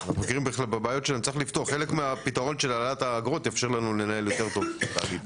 חלק מהפתרון של העלאת האגרות יאפשר לנו לנהל יותר טוב את התאגיד.